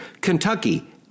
Kentucky